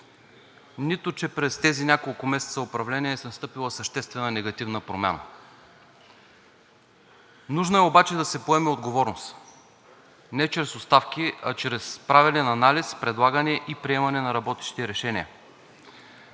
нито че през тези няколко месеца управление е настъпила съществена негативна промяна. Нужно е обаче да се поеме отговорност не чрез оставки, а чрез правене на анализ, предлагане и приемане на работещи решения.